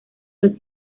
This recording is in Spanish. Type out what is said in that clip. los